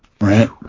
Right